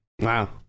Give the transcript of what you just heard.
Wow